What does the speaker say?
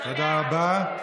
תודה רבה.